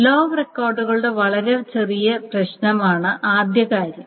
log റെക്കോർഡുകളുടെ വളരെ ചെറിയ പ്രശ്നമാണ് ആദ്യ കാര്യം